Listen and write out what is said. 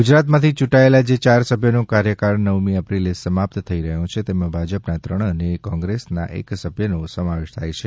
ગુજરાતમાથી યૂંટાયેલા જે યાર સભ્યોનો કાર્યકાળ નવમી એપ્રિલે સમાપ્ત થઈ રહ્યો છે તેમાં ભાજપના ત્રણ અને કોંગ્રેના એક સભ્યનો સમાવેશ થાય છે